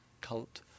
cult